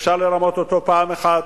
אפשר לרמות אותו פעם אחת,